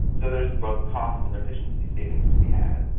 so there is both cost and efficiency savings to be had.